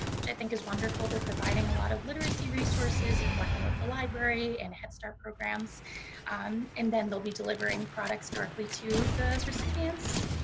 which i think is wonderful. they're providing a lot of literacy resources, and working with the library and head start programs and then they'll be delivering products directly to the recipients,